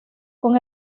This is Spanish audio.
con